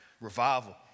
Revival